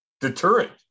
deterrent